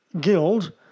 Guild